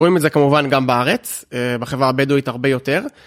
רואים את זה כמובן גם בארץ, בחברה הבדואית הרבה יותר.